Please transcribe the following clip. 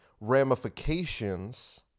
ramifications